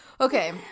okay